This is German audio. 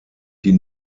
die